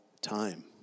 time